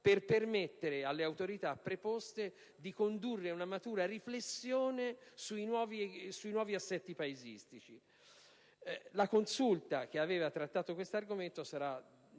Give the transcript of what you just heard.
per permettere alle autorità preposte di condurre una matura riflessione sui nuovi assetti paesistici. La Consulta, che aveva trattato questo argomento, sarà